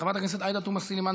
חברת הכנסת עאידה תומא סולימאן,